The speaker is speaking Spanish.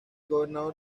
gobernador